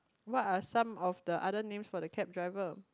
what are some of the other names for the cab driver